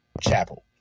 Chapel